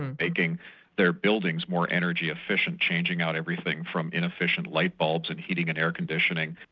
and making their buildings more energy-efficient changing out everything from inefficient light-bulbs and heating and air-conditioning,